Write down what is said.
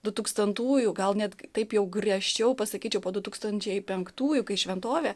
du tūkstantųjų gal net taip jau griežčiau pasakyčiau po du tūkstančiai penktųjų kai šventovė